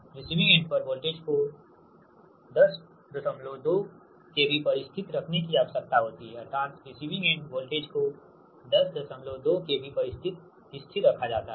receiving end पर voltage को 102 KV पर स्थिर रखने की आवश्यकता होती है अर्थात रिसीविंग एंड वोल्टेज को 102 KV पर स्थिर रखा जाता है